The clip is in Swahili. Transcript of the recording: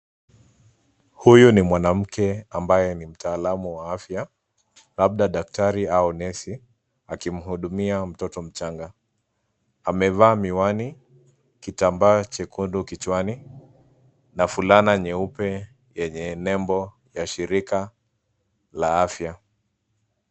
Huyu ni mwanamke ambaye ni mtaalamu wa afya labda daktari au nesi akimhudumia mtoto mchanga. Amevaa miwani ,kitambaa chekundu kichwani na fulana nyeupe yenye nembo ya shirika la afya.